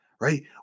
right